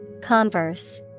Converse